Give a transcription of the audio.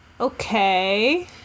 Okay